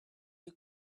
you